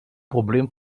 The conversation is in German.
problem